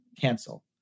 cancel